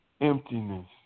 emptiness